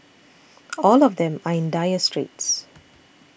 all of them are in dire straits